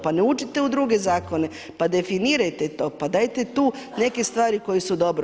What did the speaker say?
Pa ne uđite u druge zakone, pa definirajte to, pa dajte tu neke stvari koje su dobro.